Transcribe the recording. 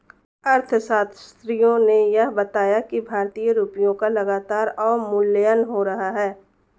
अर्थशास्त्रियों ने यह बताया कि भारतीय रुपयों का लगातार अवमूल्यन हो रहा है